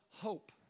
hope